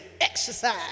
exercise